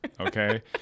Okay